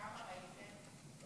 וכמה ראיתם?